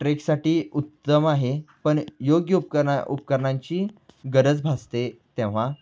ट्रेकसाठी उत्तम आहे पण योग्य उपकरणा उपकरणांची गरज भासते तेव्हा